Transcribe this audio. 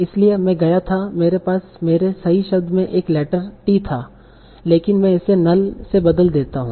इसलिए मैं गया था मेरे पास मेरे सही शब्द में एक लैटर t था लेकिन मैं इसे नल से बदल देता हूं